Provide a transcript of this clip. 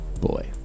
boy